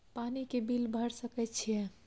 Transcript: पानी के बिल भर सके छियै?